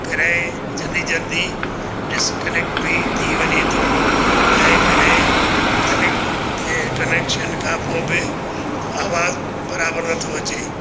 करे जल्दी जल्दी डिस्कनैक्ट बि थी वञे थो ऐं कॾहिं कनैक्ट कनैक्शन खां पोइ बि आवाज़ु बराबरि नथो अचे